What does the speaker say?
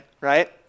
right